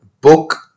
book